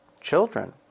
children